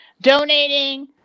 donating